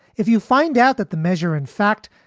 if you find out that the measure, in fact,